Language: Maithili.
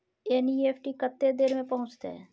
एन.ई.एफ.टी कत्ते देर में पहुंचतै?